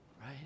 Right